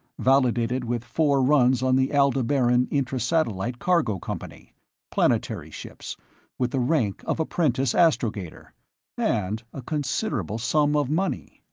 validated with four runs on the aldebaran intrasatellite cargo company planetary ships with the rank of apprentice astrogator and a considerable sum of money.